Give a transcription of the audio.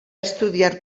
estudiar